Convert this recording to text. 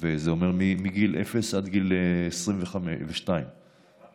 וזה אומר מגיל אפס עד גיל 22. הערת